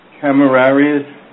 Camerarius